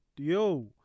Yo